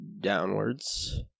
downwards